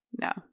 No